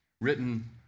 written